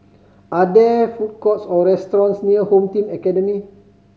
are there food courts or restaurants near Home Team Academy